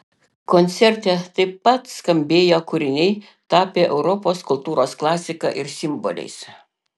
koncerte taip pat skambėjo kūriniai tapę europos kultūros klasika ir simboliais